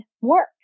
work